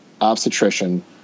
obstetrician